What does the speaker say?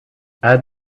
add